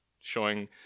showing